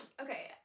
Okay